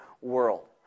world